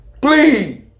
please